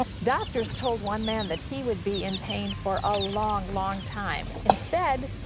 doctors told one man that he would be in pain for a long, long time. instead,